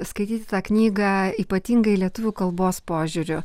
skaityti tą knygą ypatingai lietuvių kalbos požiūriu